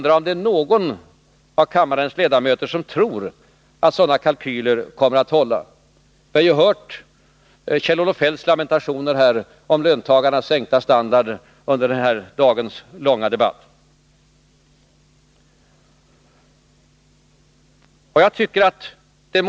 Är det någon av kammarens ledamöter som tror att sådana kalkyler kommer att hålla? Vi har ju under denna dags långa debatt hört Kjell-Olof Feldts lamentationer om löntagarnas sänkta standard.